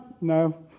No